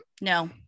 No